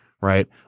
right